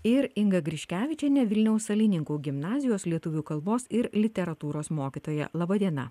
ir inga griškevičienė vilniaus salininkų gimnazijos lietuvių kalbos ir literatūros mokytoja laba diena